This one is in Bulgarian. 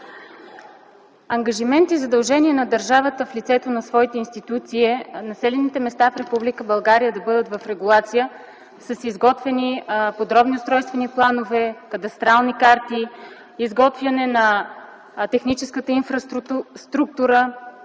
Ангажимент и задължение на държавата в лицето на своите институции е населените места в Република България да бъдат в регулация с изготвени подробни устройствени планове, кадастрални карти, изготвяне на техническата инфраструктура